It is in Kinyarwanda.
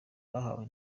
bahawe